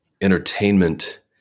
entertainment